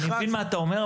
אני מבין מה אתה אומר,